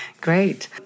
Great